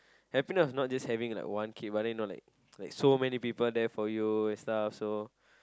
happiness not just having like one kid but then you know like like so many people there for you and stuff so